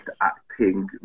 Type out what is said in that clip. acting